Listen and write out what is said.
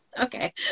Okay